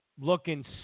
looking